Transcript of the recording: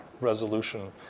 resolution